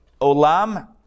Olam